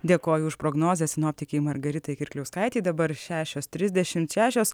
dėkoju už prognozes sinoptikei margaritai kirkliauskaitei dabar šešios trisdešimt šešios